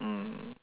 mm